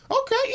okay